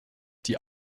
die